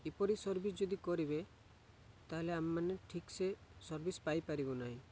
ଏପରି ସର୍ଭିସ୍ ଯଦି କରିବେ ତାହେଲେ ଆମେମାନେ ଠିକ୍ସେ ସର୍ଭିସ୍ ପାଇପାରିବୁ ନାହିଁ